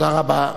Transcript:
תודה רבה.